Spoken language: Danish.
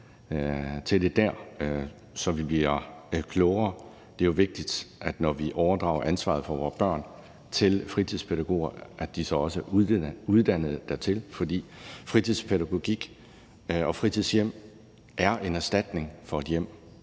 til det dér, så vi bliver klogere. Det er jo vigtigt, at når vi overdrager ansvaret for vores børn til fritidspædagoger, så er de også uddannet dertil. For fritidspædagogik og fritidshjem er en erstatning for et hjem.